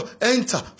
enter